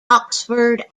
oxford